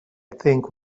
think